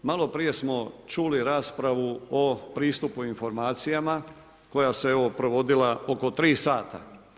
Malo prije smo čuli raspravu o pristupu informacijama koja se evo provodila oko 3 sata.